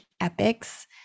epics